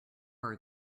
are